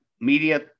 media